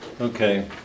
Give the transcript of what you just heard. okay